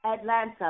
Atlanta